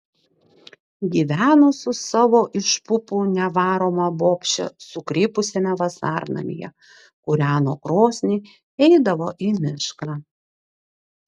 gyveno su savo iš pupų nevaroma bobše sukrypusiame vasarnamyje kūreno krosnį eidavo į mišką